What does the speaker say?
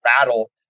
battle